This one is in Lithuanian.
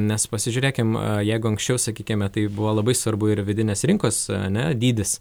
mes pasižiūrėkim jeigu anksčiau sakykime tai buvo labai svarbu ir vidinės rinkos ane dydis